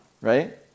right